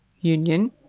union